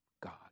God